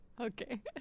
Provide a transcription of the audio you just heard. Okay